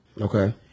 Okay